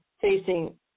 facing